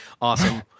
Awesome